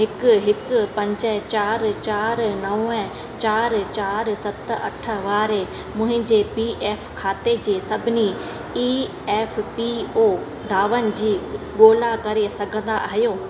हिकु हिकु पंज चारि चारि नव चारि चारि सत अठ वारे मुंहिंजे पी एफ खाते जे सभिनी ई एफ पी ओ दावनि जी ॻोल्हा करे सघंदा आहियो